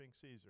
Caesar